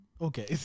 Okay